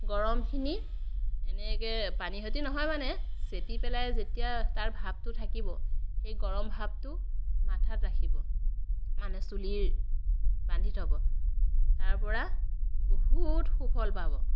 গৰমখিনি এনেকৈ পানী সৈতে নহয় মানে চেপি পেলাই যেতিয়া তাৰ ভাপটো থাকিব সেই গৰম ভাপটো মাথাত ৰাখিব মানে চুলিৰ বান্ধি থ'ব তাৰ পৰা বহুত সুফল পাব